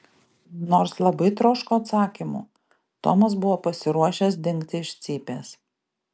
nors labai troško atsakymų tomas buvo pasiruošęs dingti iš cypės